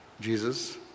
Jesus